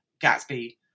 Gatsby